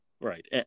Right